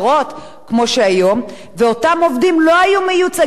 ואותם עובדים לא היו מיוצגים בבית-הדין לעבודה על-ידי